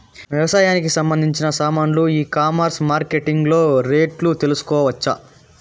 వ్యవసాయానికి సంబంధించిన సామాన్లు ఈ కామర్స్ మార్కెటింగ్ లో రేట్లు తెలుసుకోవచ్చా?